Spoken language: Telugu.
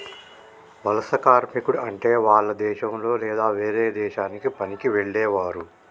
వలస కార్మికుడు అంటే వాల్ల దేశంలొ లేదా వేరే దేశానికి పనికి వెళ్లేవారు